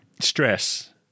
stress